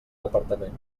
departament